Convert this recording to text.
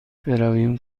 برویم